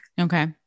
okay